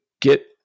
get